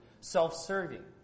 self-serving